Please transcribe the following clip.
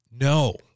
No